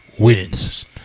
Wins